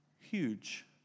Huge